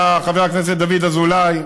היה חבר הכנסת דוד אזולאי,